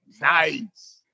nice